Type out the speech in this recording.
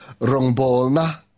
Rongbolna